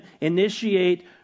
Initiate